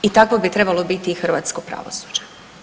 I takvo bi trebalo biti i hrvatsko pravosuđe.